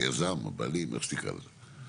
היזם או הבעלים, איך שתקרא לזה.